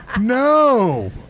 No